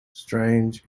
strange